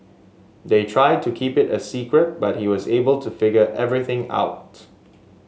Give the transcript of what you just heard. they tried to keep it a secret but he was able to figure everything out